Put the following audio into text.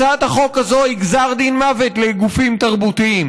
הצעת החוק הזאת היא גזר דין מוות לגופים תרבותיים.